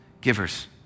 givers